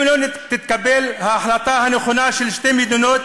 אם לא תתקבל ההחלטה הנכונה של שתי מדינות,